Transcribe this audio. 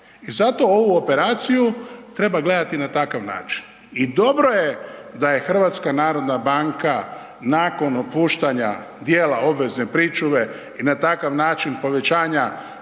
I zato ovu operaciju treba gledati na takav način. I dobro je da je HNB nakon opuštanja dijela obvezne pričuve i na takav način povećanja